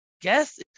guess